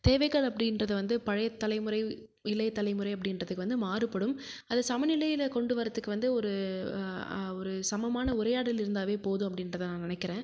தேவைகள் அப்படின்றது வந்து பழைய தலைமுறை இளைய தலைமுறை அப்படின்றதுக்கு வந்து மாறுபடும் அது சமநிலையில கொண்டு வரதுக்கு வந்து ஒரு ஒரு சமமான உரையாடல் இருந்தாவே போதும் அப்படின்றத நான் நினைக்கிறேன்